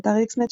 באתר Xnet,